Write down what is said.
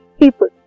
people